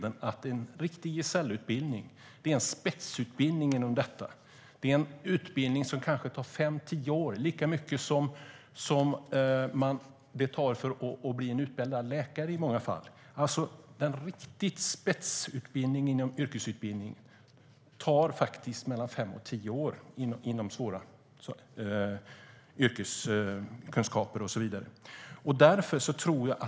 En riktig gesällutbildning är en spetsutbildning. Det är en utbildning som tar fem tio år - lika mycket som det tar att bli läkare i många fall. En spetsutbildning på yrkesområdet tar faktiskt mellan fem och tio år där kunskapskraven är höga.